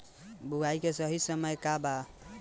बुआई के सही समय का वा?